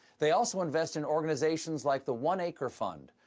they also invest in organizations like the one acre fund,